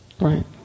Right